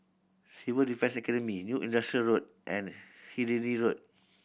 Civil Defence Academy New Industrial Road and Hindhede Road